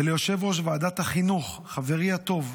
וליושב-ראש ועדת החינוך, חברי הטוב,